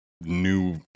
new